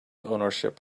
ownership